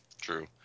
true